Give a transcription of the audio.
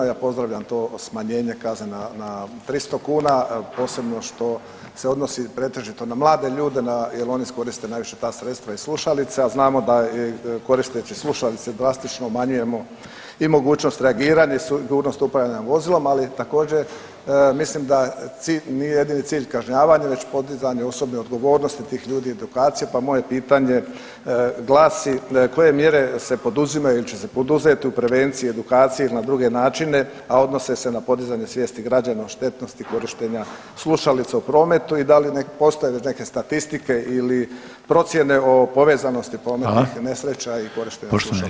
Ja pozdravljam to smanjenje kazne na 300 kuna posebno što se odnosi pretežito na mlade ljude, jer oni koriste najviše ta sredstva i slušalice, a znamo da koristeći slušalice drastično umanjujemo i mogućnost reagiranja i sigurnost upravljanja vozilom, ali i također mislim da nije jedini cilj kažnjavanje već podizanje osobne odgovornosti tih ljudi i edukacije, pa moje pitanje glasi koje mjere se poduzimaju ili će se poduzeti u prevenciji, edukaciji ili na druge načine, a odnose se na podizanje svijesti građana o štetnosti korištenja slušalica u prometu i da li postoje neke statistike ili procjene o povezanosti prometnih nesreća [[Upadica Reiner: Hvala.]] i korištenja slušalica u prometu.